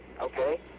Okay